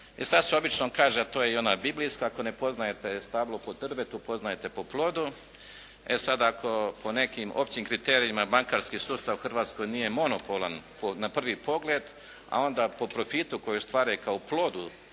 i sad se obično kaže to je i ona biblijska “ako ne poznajete stablo po drvetu, poznajete po plodu“. E sad, ako po nekim općim kriterijima bankarski sustav u Hrvatskoj nije monopolan na prvi pogled, a onda po profitu koji ostvaruje kao plodu,